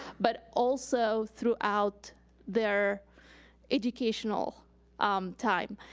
but also throughout their educational um time.